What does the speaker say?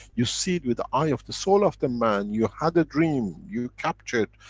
you see it with eye of the soul of the man. you had the dream. you captured.